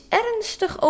ernstig